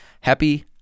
happy